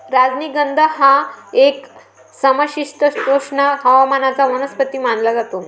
राजनिगंध हा एक समशीतोष्ण हवामानाचा वनस्पती मानला जातो